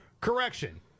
Correction